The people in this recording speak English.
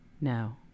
No